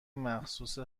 مخصوص